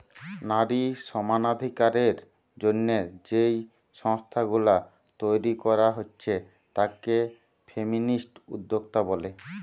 নারী সমানাধিকারের জন্যে যেই সংস্থা গুলা তইরি কোরা হচ্ছে তাকে ফেমিনিস্ট উদ্যোক্তা বলে